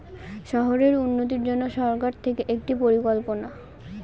শহরের উন্নতির জন্য সরকার থেকে একটি পরিকল্পনা